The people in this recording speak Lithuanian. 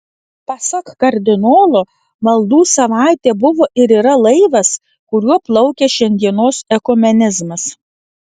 pasak kardinolo maldų savaitė buvo ir yra laivas kuriuo plaukia šiandienos ekumenizmas